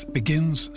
begins